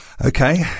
Okay